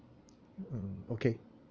mm okay